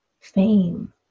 fame